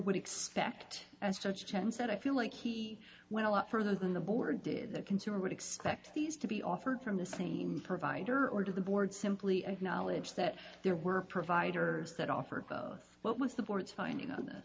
would expect and such chance that i feel like he went a lot further than the board did the consumer would expect these to be offered from the same provider or to the board simply acknowledge that there were providers that offered what was the board's finding